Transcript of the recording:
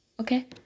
okay